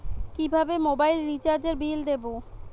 কিভাবে মোবাইল রিচার্যএর বিল দেবো?